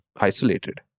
isolated